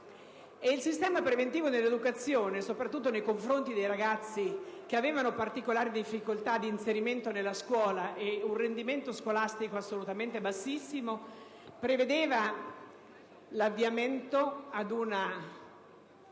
Il sistema preventivo dell'educazione, soprattutto nei confronti dei ragazzi che avevano particolari difficoltà di inserimento nella scuola e un rendimento scolastico bassissimo, prevedeva l'avviamento ad